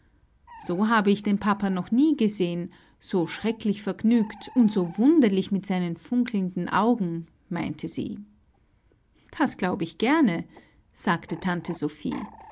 so habe ich den papa noch nie gesehen so schrecklich vergnügt und so wunderlich mit seinen funkelnden augen meinte sie das glaub ich gerne sagte tante sophie